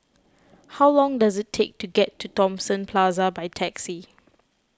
how long does it take to get to Thomson Plaza by taxi